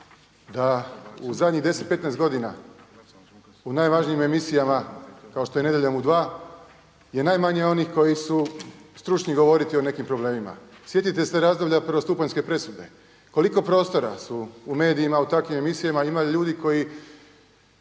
da u zadnjih 10, 15 godina u najvažnijim emisijama kao što je Nedjeljom u 2 je najmanje onih koji su stručni govoriti o nekim problemima. Sjetite se razdoblja prvostupanjske presude. Koliko prostora su u medijima u takvim emisijama imali ljudi koji